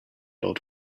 old